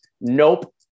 nope